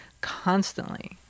constantly